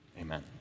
Amen